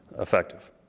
effective